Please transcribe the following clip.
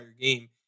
game